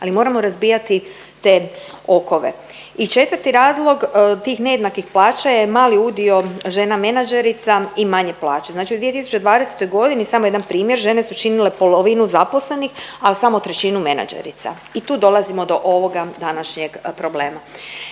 Ali moramo razbijati te okove. I četvrti razlog tih nejednakih plaća je mali udio žena menadžerica i manje plaće. Znači u 2020. godini samo jedan primjer, žene su činile polovinu zaposlenih, a samo trećinu menadžerica i tu dolazimo do ovoga današnjeg problema.